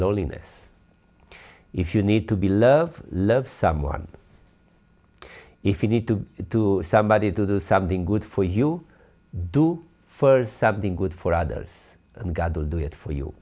loneliness if you need to be love love someone if you need to to somebody to do something good for you do for something good for others and god will do it for you